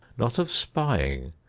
not of spying,